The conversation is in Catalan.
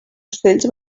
ocells